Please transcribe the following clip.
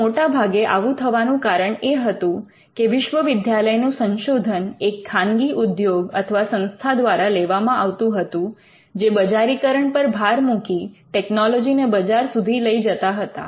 હવે મોટાભાગે આવું થવાનું કારણ એ હતું કે વિશ્વવિદ્યાલયનું સંશોધન એક ખાનગી ઉદ્યોગ અથવા સંસ્થા દ્વારા લેવામાં આવતું હતું જે બજારીકરણ પર ભાર મૂકી ટેકનોલોજીને બજાર સુધી લઈ જતા હતા